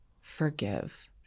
forgive